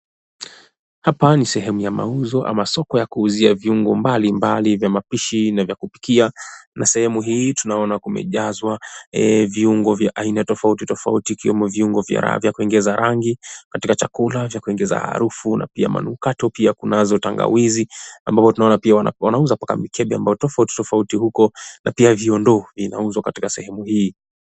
Hapa ni sehemu ya mauzo ama soko ya kuuzia viungo mbalimbali vya mapishi na vya kupikia. Na sehemu hii tunaona kumejazwa viungo vya aina tofauti tofauti ikiwemo viungo vya kuingiza rangi katika chakula, vya kuingiza harufu na pia manukato pia kunazo tangawizi ambavyo tunaona pia wanauza mpaka mikembe ambayo tofauti tofauti huko na pia viundo vinauzwa katika sehemu hii.